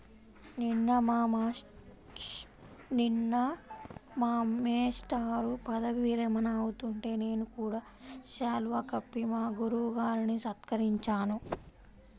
నిన్న మా మేష్టారు పదవీ విరమణ అవుతుంటే నేను కూడా శాలువా కప్పి మా గురువు గారిని సత్కరించాను